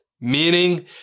meaning